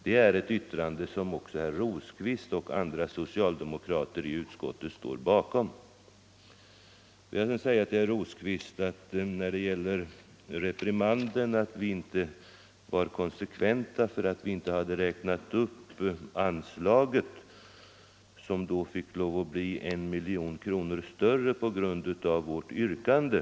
Det är ett uttalande som också herr Rosqvist och andra socialdemokrater i utskottet står bakom. Herr Rosqvist gav oss en reprimand för att vi inte var konsekventa, eftersom vi inte hade räknat upp anslaget som måste bli I miljon kronor större på grund av vårt yrkande.